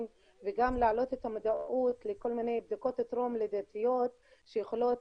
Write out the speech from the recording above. וגם להעלות את המודעות לכל מיני בדיקות טרום לידתיות שיכולות